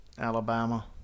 Alabama